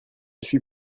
suis